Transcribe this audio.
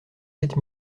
sept